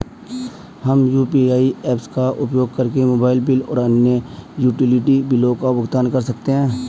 हम UPI apps का उपयोग करके मोबाइल बिल और अन्य यूटिलिटी बिलों का भुगतान कर सकते हैं